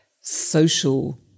social